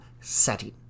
setting